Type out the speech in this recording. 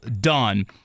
done